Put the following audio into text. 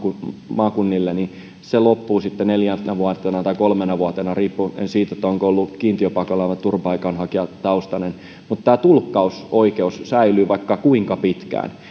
maakunnille loppuvat sitten neljässä vuodessa tai kolmessa vuodessa riippuen siitä onko ollut kiintiöpakolainen vai turvapaikanhakijataustainen mutta tämä tulkkausoikeus säilyy vaikka kuinka pitkään